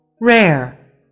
Rare